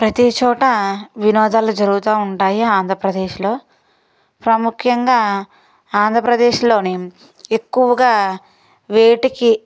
ప్రతీచోటా వినోదాలు జరుగుతూ ఉంటాయి ఆంధ్రప్రదేశ్లో ప్రాముఖ్యంగా ఆంధ్రప్రదేశ్లోని ఎక్కువగా వేటికి